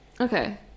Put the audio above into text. Okay